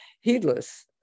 heedless